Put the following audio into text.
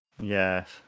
Yes